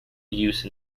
use